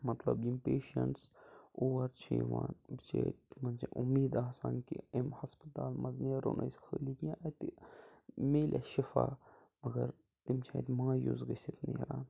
مطلب یِم پیشَنٛٹٕس اور چھِ یِوان بِچٲرۍ تِمَن چھِ اُمید آسان کہِ اَمہِ ہَسپَتال منٛز نیرو نہٕ ٲسۍ خٲلی کیٚنٛہہ اَتہِ میلہِ اسہِ شِفاء مگر تِم چھِ اَتہِ مایوس گٔژھِتھ نیران